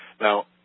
Now